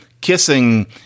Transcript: kissing